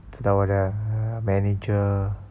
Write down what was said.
知道我的 manager